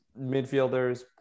midfielders